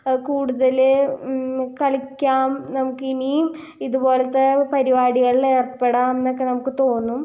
കൂടുതൽ കളിക്കാം നമുക്ക് ഇനിയും ഇതുപോലത്തെ പരിപാടികളിൽ ഏർപ്പെടാം എന്നൊക്കെ നമുക്ക് തോന്നും